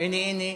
הנה, הנה.